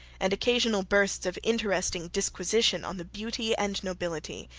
and occasional bursts of interesting disquisition on the beauty and nobility,